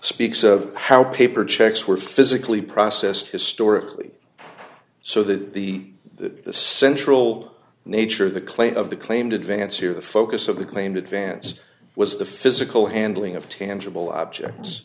speaks of how paper checks were physically processed historically so that the central nature of the claim of the claimed advance or the focus of the claimed advance was the physical handling of tangible objects